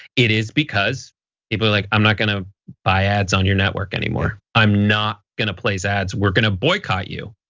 it is because people are like, i'm not gonna buy ads on your network anymore. i'm not gonna place ads. we're gonna boycott you.